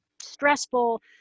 stressful